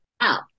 out